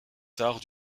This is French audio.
tard